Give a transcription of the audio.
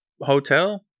hotel